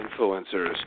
influencers